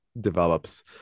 develops